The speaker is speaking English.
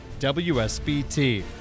WSBT